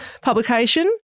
publication